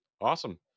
Awesome